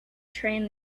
train